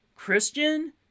christian